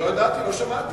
לא הייתי, לא שמעתי.